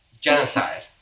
Genocide